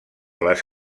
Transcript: les